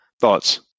Thoughts